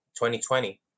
2020